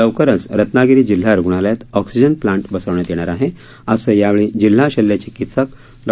लवकरच रत्नागिरी जिल्हा रुग्णालयात ऑक्सिजन प्लांट बसवण्यात येणार आहे असं यावेळी जिल्हा शल्य चिकित्सक डॉ